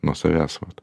nuo savęs vat